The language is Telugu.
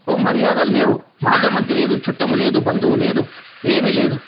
ఓ మర్యాదల్లేవు మాటమంతిలేదు చుట్టము లేదు బంధువు లేదు ఏమీ లేదు